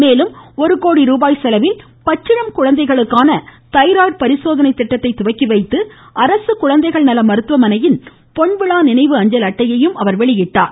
மேலும் ஒரு கோடி ருபாய் செலவில் பச்சிளங்குழந்தைகளுக்கான தைராய்டு பரிசோதனை திட்டத்தை துவக்கி வைத்து அரசு குழந்தைகள் நல மருத்துவமனையில் பொன்விழா நினைவு அஞ்சல் அட்டையையும் அவர் வெளியிட்டார்